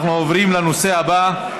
אנחנו עוברים לנושא הבא,